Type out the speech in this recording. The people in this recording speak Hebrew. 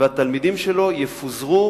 והתלמידים שלו יפוזרו